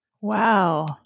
Wow